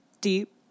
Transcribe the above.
Deep